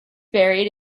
buried